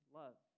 love